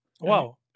Wow